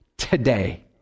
Today